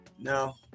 No